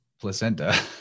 placenta